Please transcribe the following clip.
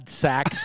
sack